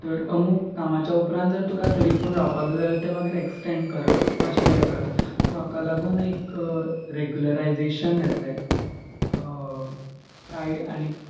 तर अमूक कामाच्या उपरांत जर तुका तरी पूण रावपाक जाय जाल्यार तें मागीर एक्सटेंड करप वा अशें कितें करप सो हाका लागून एक रेगुलरायजेशन येतलें काय आनी